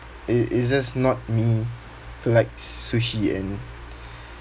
it it's just not me to like sushi and